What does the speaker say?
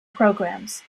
programs